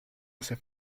hace